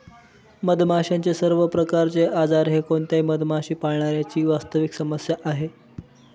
मधमाशांचे सर्व प्रकारचे आजार हे कोणत्याही मधमाशी पाळणाऱ्या ची वास्तविक समस्या आहे